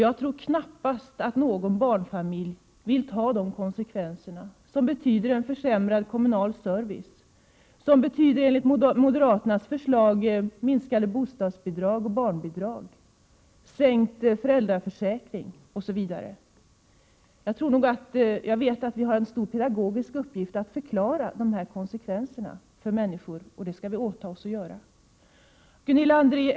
Jag tror knappast att någon barnfamilj vill ta de konsekvenserna, som betyder en försämrad kommunal service, som enligt moderaternas förslag betyder minskade bostadsbidrag och barnbidrag, sänkning av föräldraförsäkringen osv. Jag vet att vi har en stor pedagogisk uppgift i att förklara dessa konsekvenser för människor, och det skall vi åta oss att göra. Gunilla André!